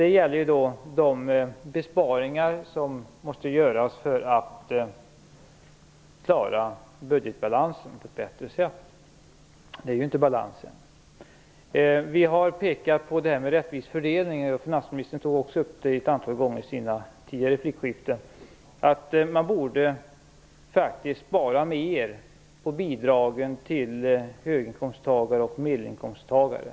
Den gäller de besparingar som måste göras för att vi skall klara budgetbalansen på ett bättre sätt. Det är ju inte balans än. Vi har pekat på en rättvis fördelning. Finansministern har också i sina tidigare replikskiften ett antal gånger tagit upp att man faktiskt borde spara mer på bidragen till hög och medelinkomsttagare.